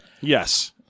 Yes